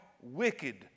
wicked